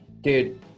dude